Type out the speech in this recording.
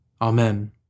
Amen